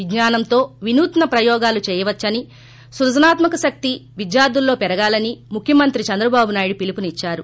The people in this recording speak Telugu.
విజ్ఞానంతో విన్సూత్స ప్రయోగాలు చేయవచ్చని సృజనాత్మక శక్తి విద్యార్దులలో పెరగాలని ముఖ్యమంత్రి చంద్రబాబు నాయుడు పిలుపునిచ్చారు